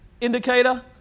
indicator